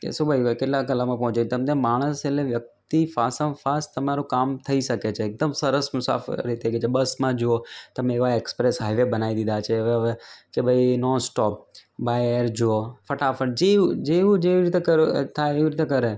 કે શું ભાઈ હોય કેટલા કલાકમાં પહોંચે તમને માણસ એટલે વ્યક્તિ ફાસમફાસ તમારું કામ થઈ શકે છે એકદમ સરસ મુસાફર રીતે જે રીતે બસમાં જુઓ તમે એવા એક્સપ્રેસ હાઇવે બનાવી દીધા છે ને કે હવે ભાઈ નોનસ્ટૉપ બાય એર જોવો ફટાફટ જેવું જેવી રીતે થાય એવી રીતે કરે